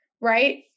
right